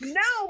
no